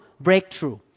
breakthrough